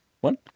one